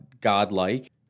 godlike